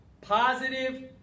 positive